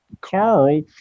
Carl